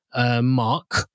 mark